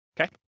okay